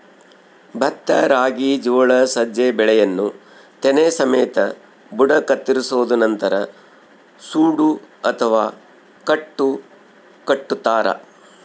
ಭತ್ತ ರಾಗಿ ಜೋಳ ಸಜ್ಜೆ ಬೆಳೆಯನ್ನು ತೆನೆ ಸಮೇತ ಬುಡ ಕತ್ತರಿಸೋದು ನಂತರ ಸೂಡು ಅಥವಾ ಕಟ್ಟು ಕಟ್ಟುತಾರ